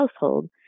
household